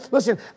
Listen